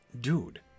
dude